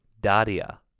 Daria